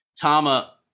Tama